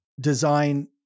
design